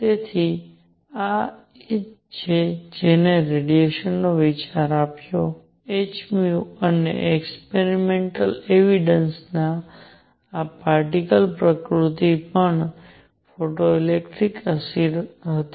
તેથી આ જ છે જેણે રેડિયેશન નો વિચાર આપ્યો h ν અને એક્સપેરિમેન્ટલ એવિડન્સ આ પાર્ટીકલ પ્રકૃતિ પણ ફોટોઇલેક્ટ્રિક અસર હતી